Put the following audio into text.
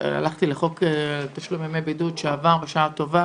הלכתי לחוק תשלום ימי בידוד שעבר בשעה טובה,